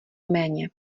méně